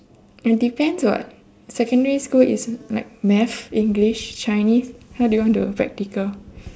and depends what secondary school is like math english chinese how do you want to practical